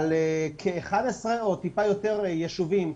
כ-11 יישובים,